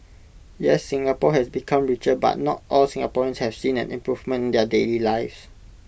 yes Singapore has become richer but not all Singaporeans have seen an improvement in their daily lives